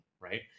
right